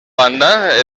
banda